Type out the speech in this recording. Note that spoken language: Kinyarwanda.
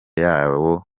yabo